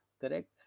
correct